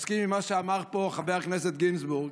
מסכים עם מה שאמר פה חבר הכנסת גינזבורג.